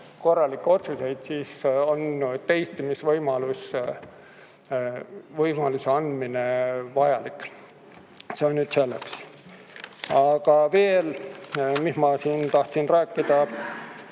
korralikke otsuseid, siis on teistimisvõimaluse andmine vajalik. See nüüd selleks. Aga veel, mis ma siin tahtsin rääkida,